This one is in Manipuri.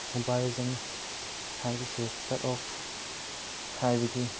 ꯃꯣꯕꯥꯏꯜ ꯂꯦꯖꯦꯟ ꯍꯥꯏꯕꯁꯦ ꯀꯠ ꯑꯣꯐ ꯍꯥꯏꯕꯗꯤ